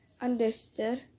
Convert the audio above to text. understood